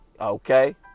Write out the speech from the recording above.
Okay